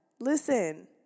Listen